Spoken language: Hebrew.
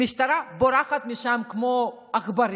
המשטרה בורחת משם כמו עכברים.